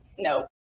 No